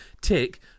tick